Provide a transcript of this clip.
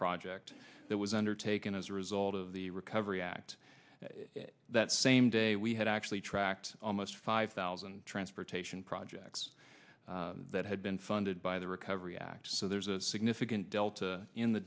project that was undertaken as a result of the recovery act that same day we had actually tracked almost five thousand transportation projects that had been funded by the recovery act so there's a significant delta in the